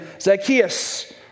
Zacchaeus